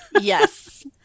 yes